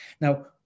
Now